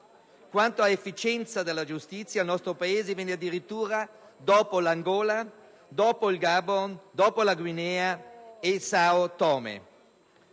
Quanto ad efficienza della giustizia, il nostro Paese viene addirittura dopo l'Angola, il Gabon, la Guinea e Sao Tomé.